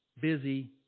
busy